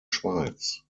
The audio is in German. schweiz